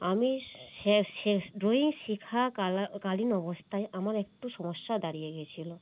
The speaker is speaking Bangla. আমি সে ড্রয়িং শেখা কাল কালীন অবস্থায় আমার একটু সমস্যা দাঁড়িয়ে গিয়েছিলো